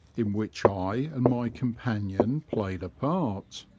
in which i and my companion played a part.